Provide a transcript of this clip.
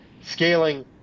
scaling